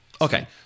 Okay